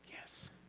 Yes